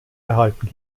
erhalten